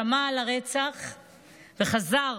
שמע על הרצח וחזר,